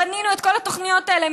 בנינו את כל התוכניות האלה.